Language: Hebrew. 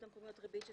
המקומיות (ריבית והפרשי הצמדה על תשלומי חובה)",